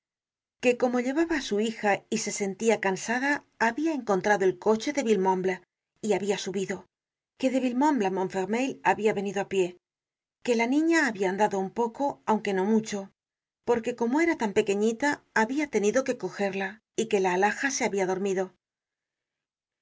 que como llevaba su hija y se sentia cansada habia encontrado el coche de villemomble y habia subido que de villemomble á montfermeil habia venido á pié que la niña habia andado un poco aunque no mucho porque como era tan pequeñita habia tenido que cogerla y que la alhaja se habia dormido